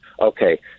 Okay